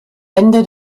ende